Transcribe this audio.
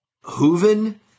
Hooven